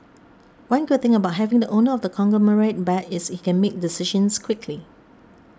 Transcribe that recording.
one good thing about having the owner of the conglomerate back is he can make decisions quickly